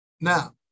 Now